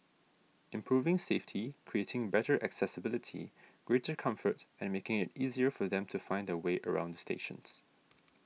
improving safety creating better accessibility greater comfort and making it easier for them to find their way around the stations